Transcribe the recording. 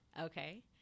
Okay